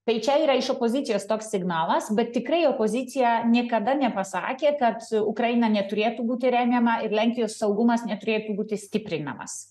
tai čia yra iš opozicijos toks signalas bet tikrai opozicija niekada nepasakė kad su ukraina neturėtų būti rengiama ir lenkijos saugumas neturėtų būti stiprinamas